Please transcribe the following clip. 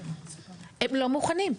הם לא מוכנים.